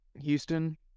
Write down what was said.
Houston